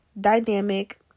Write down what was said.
dynamic